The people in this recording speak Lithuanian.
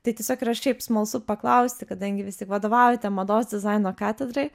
tai tiesiog yra šiaip smalsu paklausti kadangi vis tik vadovaujate mados dizaino katedrai